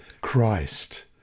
Christ